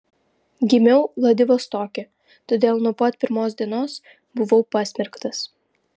gimiau vladivostoke todėl nuo pat pirmos dienos buvau pasmerktas